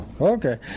Okay